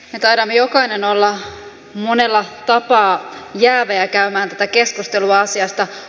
me taidamme jokainen olla monella tapaa jäävi käymään tätä keskustelua asiasta